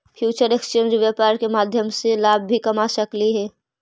future exchange व्यापार के माध्यम से लाभ भी कमा सकऽ हइ